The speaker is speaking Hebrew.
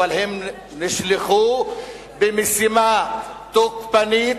אבל הם נשלחו במשימה תוקפנית,